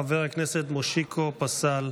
חבר הכנסת מושיקו פסל,